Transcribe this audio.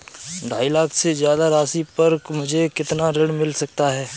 ढाई लाख से ज्यादा राशि पर मुझे कितना ऋण मिल सकता है?